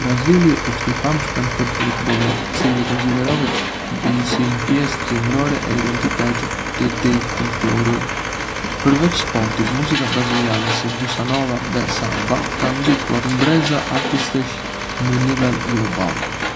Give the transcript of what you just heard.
Brazili është i famshëm për futbollin, i cili konsiderohet si një pjesë qendrore e identitetit të tij kulturor. Përveç sportit, muzika braziliane, si bossa nova dhe samba, ka ndikuar në breza artistësh në nivel global.